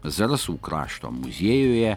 zarasų krašto muziejuje